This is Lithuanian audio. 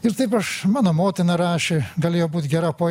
ir taip aš mano motina rašė galėjo būt gera poe